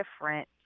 different